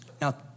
Now